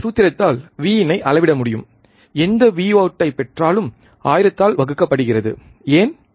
இந்தச் சூத்திரத்தால் Vin ஐ அளவிட முடியும் எந்த Vout ஐ பெற்றாலும் ஆயிரத்தால் வகுக்கப்படுகிறது ஏன்